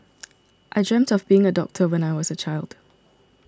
I dreamt of being a doctor when I was a child